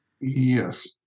Yes